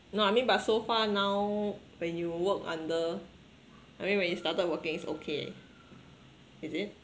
you know I mean but so far now when you work under I mean when you started working it's okay is it